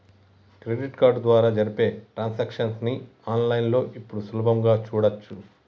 credit card ద్వారా జరిపే transactions ని ఆన్ లైన్ లో ఇప్పుడు సులభంగా చూడచ్చు